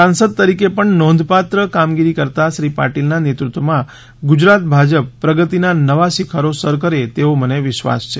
સાંસદ તરીકે પણ નોંધપાત્ર કામગીરી કરતાં શ્રી પાટીલના નેતૃત્વમાં ગુજરાત ભાજપ પ્રગતીના નવા શીખરો સર કરે તેવો મને વિશ્વાસ છે